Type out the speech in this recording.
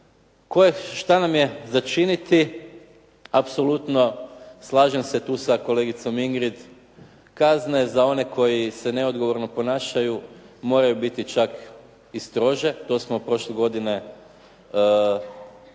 Što nam je za činiti? Apsolutno slažem se tu sa kolegicom Ingrid, kazne za one koji se neodgovorno ponašaju moraju biti čak i strože. To smo prošle godine i